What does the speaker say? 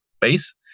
base